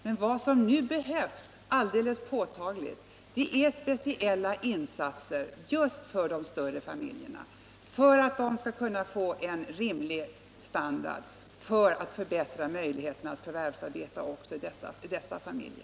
Men vad som nu alldeles påtagligt behövs är specialinsatser just för de större familjerna för att de skall kunna få en rimlig standard och för att man i dessa också skall få förbättrade möjligheter till förvärvsarbete.